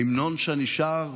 ההמנון שאני שר,